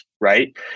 right